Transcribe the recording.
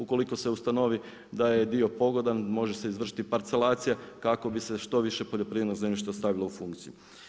Ukoliko se ustanovi da je dio pogodan može se izvršiti parcelacija kako bi se što više poljoprivrednog zemljišta stavilo u funkciju.